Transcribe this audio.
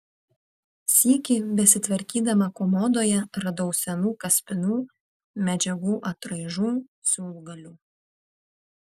sykį besitvarkydama komodoje radau senų kaspinų medžiagų atraižų siūlgalių